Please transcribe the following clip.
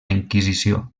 inquisició